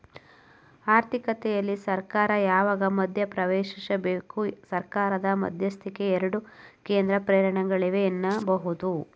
ಆರ್ಥಿಕತೆಯಲ್ಲಿ ಸರ್ಕಾರ ಯಾವಾಗ ಮಧ್ಯಪ್ರವೇಶಿಸಬೇಕು? ಸರ್ಕಾರದ ಮಧ್ಯಸ್ಥಿಕೆಗೆ ಎರಡು ಕೇಂದ್ರ ಪ್ರೇರಣೆಗಳಿವೆ ಎನ್ನಬಹುದು